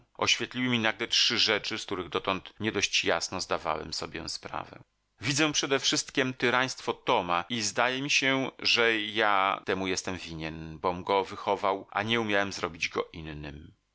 oświetliły mi nagle trzy rzeczy z których dotąd nie dość jasno zdawałem sobie sprawę widzę przedewszystkiem tyraństwo toma i zdaje mi się że ja temu jestem winien bom go wychował a nie umiałem zrobić go innym